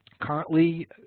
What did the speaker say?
Currently